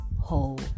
whole